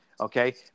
okay